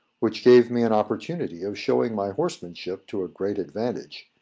which gave me an opportunity of showing my horsemanship to a great advantage.